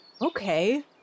Okay